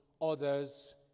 others